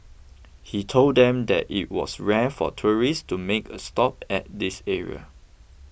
he told them that it was rare for tourists to make a stop at this area